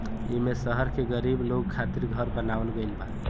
एईमे शहर के गरीब लोग खातिर घर बनावल गइल बा